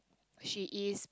she is